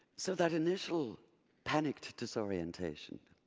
so that initial panicked dis-orientation,